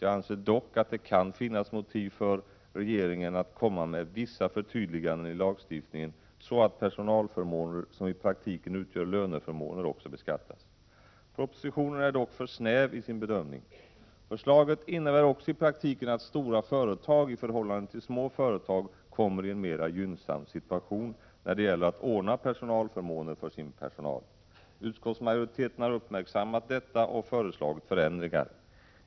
Jag anser dock att det kan finnas motiv för regeringen att komma med vissa förtydliganden i lagstiftningen, så att personalförmåner som i praktiken utgör löneförmåner också beskattas. Propositionen är emellertid för snäv i sin bedömning. Förslaget innebär också i praktiken att stora företag i förhållande till små företag kommer i en mera gynnsam situation när det gäller att ordna personalförmåner för sin personal. Utskottsmajoriteten har uppmärksammat detta och föreslagit förändringar.